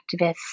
activists